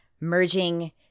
merging